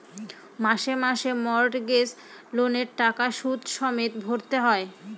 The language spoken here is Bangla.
মাসে মাসে মর্টগেজ লোনের টাকা সুদ সমেত ভরতে হয়